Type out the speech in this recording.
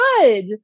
good